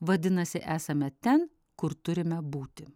vadinasi esame ten kur turime būti